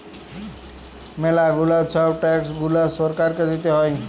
ম্যালা গুলা ছব ট্যাক্স গুলা সরকারকে দিতে হ্যয়